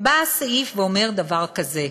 הסעיף אומר דבר כזה: